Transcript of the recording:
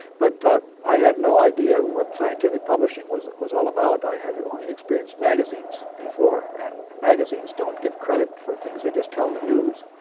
but i had no idea what scientific publishing was was all about. i had only experienced magazines before, and magazines don't give credit for things, they just tell the news.